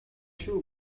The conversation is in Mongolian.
шүү